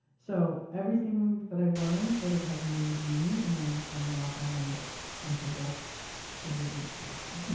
so everything that i've learned sort of has made me, and i'm i'm now finally like comfortable admitting who i am